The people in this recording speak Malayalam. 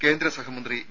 കേന്ദ്രസഹമന്ത്രി വി